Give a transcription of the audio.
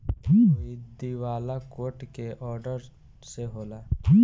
कोई दिवाला कोर्ट के ऑर्डर से होला